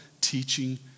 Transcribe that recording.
teaching